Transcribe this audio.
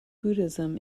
buddhism